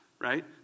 right